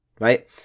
right